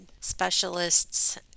specialists